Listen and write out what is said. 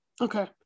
Okay